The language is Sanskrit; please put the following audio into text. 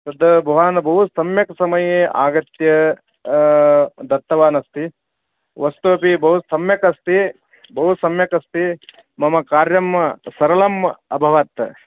तद् भवान् बहु सम्यक् समये आगत्य दत्तवान् अस्ति वस्तुपि बहु सम्यक् अस्ति बहु सम्यक् अस्ति मम कार्यं सरलम् अभवत्